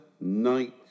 night